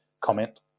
comment